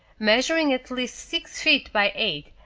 measuring at least six feet by eight,